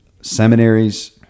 seminaries